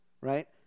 right